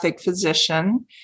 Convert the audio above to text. physician